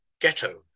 ghetto